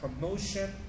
promotion